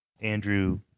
Andrew